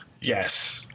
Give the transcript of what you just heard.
yes